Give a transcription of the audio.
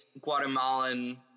Guatemalan